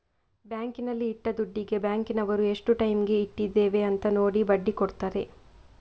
ಬ್ಯಾಂಕಿನಲ್ಲಿ ಇಟ್ಟ ದುಡ್ಡಿಗೆ ಬ್ಯಾಂಕಿನವರು ಎಷ್ಟು ಟೈಮಿಗೆ ಇಟ್ಟಿದ್ದೇವೆ ಅಂತ ನೋಡಿ ಬಡ್ಡಿ ಕೊಡ್ತಾರೆ